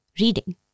Reading